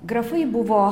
grafai buvo